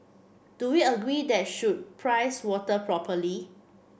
do we agree that should price water properly